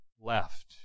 left